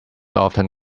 often